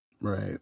right